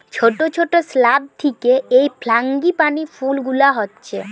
ছোট ছোট শ্রাব থিকে এই ফ্রাঙ্গিপানি ফুল গুলা হচ্ছে